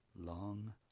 long